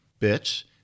bitch